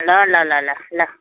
ल ल ल ल ल